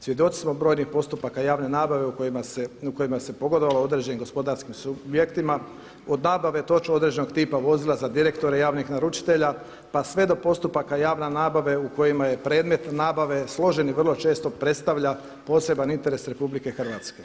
Svjedoci smo brojnih postupaka javne nabave u kojima se pogodovalo određenim gospodarskim subjektima, od nabave točno određenog tipa vozila za direktore javnih naručitelja, pa sve do postupaka javne nabave u kojima je predmet nabave složen i vrlo često predstavlja poseban interes Republike Hrvatske.